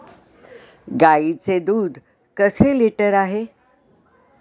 गाईचे दूध कसे लिटर आहे?